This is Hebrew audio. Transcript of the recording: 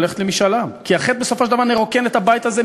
הזה,